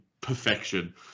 perfection